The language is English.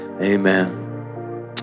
Amen